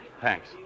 Thanks